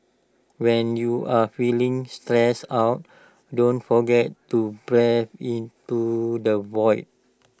when you are feeling stressed out don't forget to breathe into the void